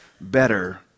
better